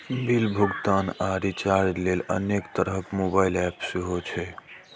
bill भुगतान आ recharge लेल अनेक तरहक मोबाइल एप सेहो छै